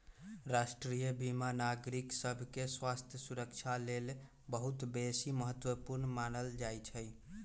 राष्ट्रीय बीमा नागरिक सभके स्वास्थ्य सुरक्षा लेल बहुत बेशी महत्वपूर्ण मानल जाइ छइ